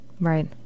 Right